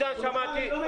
עידן, שמעתי.